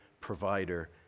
provider